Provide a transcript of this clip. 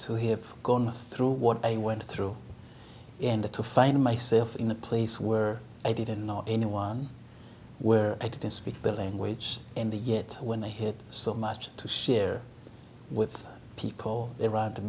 to have gone through what i went through in the to find myself in a place where i didn't know anyone where i didn't speak the language and yet when they hit so much to share with people they r